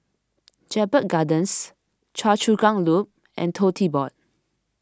Jedburgh Gardens Choa Chu Kang Loop and Tote Board